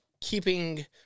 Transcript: keeping